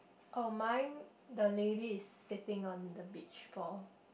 oh mine the lady is sitting on the beach ball